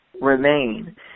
remain